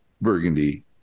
burgundy